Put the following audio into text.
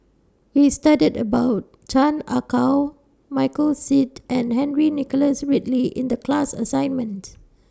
We studied about Chan Ah Kow Michael Seet and Henry Nicholas Ridley in The class assignments